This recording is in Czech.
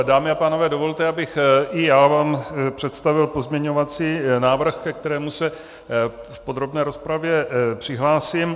Dámy a pánové, dovolte, abych i já vám představil pozměňovací návrh, ke kterému se v podrobné rozpravě přihlásím.